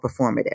performative